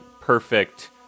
perfect